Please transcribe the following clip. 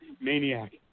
maniac